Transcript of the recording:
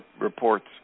reports